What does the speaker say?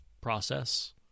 process